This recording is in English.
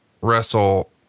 wrestle